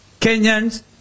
Kenyans